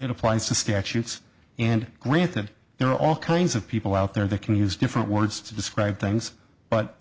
it applies to statutes and granted there are all kinds of people out there that can use different words to describe things but